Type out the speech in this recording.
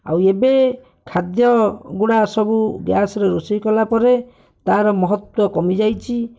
ଆଉ ଏବେ ଖାଦ୍ୟଗୁଡ଼ା ସବୁ ଗ୍ୟାସ୍ରେ ରୋଷେଇ କଲାପରେ ତା'ର ମହତ୍ଵ କମିଯାଇଛି